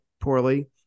poorly